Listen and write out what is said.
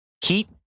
Keep